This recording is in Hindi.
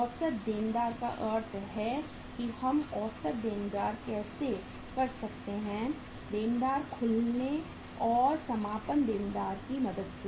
औसत देनदार का अर्थ है कि हम औसत देनदार कैसे कर सकते हैं देनदार खोलने और समापन देनदार की मदद से